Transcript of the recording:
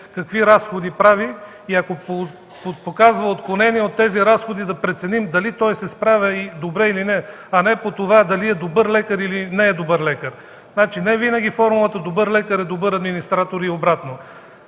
какви разходи прави и ако показва отклонение от тези разходи, да преценим дали той се справя добре или не, а не по това – дали е добър лекар, или не е добър лекар. Значи невинаги формулата „добър лекар – е добър администратор” и обратно.